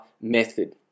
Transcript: method